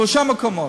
בשלושה מקומות.